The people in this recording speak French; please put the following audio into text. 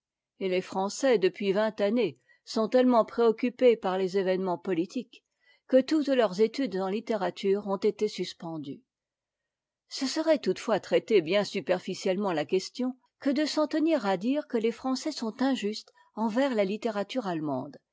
et les français depuis vingt années sont tellement préoccupés par les événements politiques que toutes leurs études en littérature ont été suspendues ce serait toutefois traiter bien superficiellement la question que de s'en tenir à dire que les français sont injustes envers la littérature allemande